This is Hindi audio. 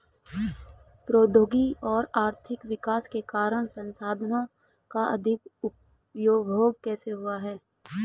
प्रौद्योगिक और आर्थिक विकास के कारण संसाधानों का अधिक उपभोग कैसे हुआ है?